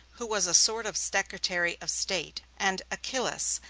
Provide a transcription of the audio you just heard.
who was a sort of secretary of state, and achillas,